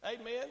amen